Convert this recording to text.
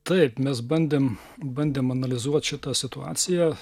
taip mes bandėm bandėm analizuot šitą situaciją